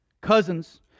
Cousins